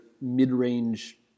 mid-range